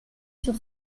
sur